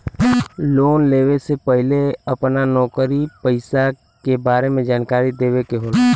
Loan लेवे से पहिले अपना नौकरी पेसा के बारे मे जानकारी देवे के होला?